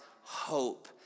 hope